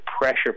pressure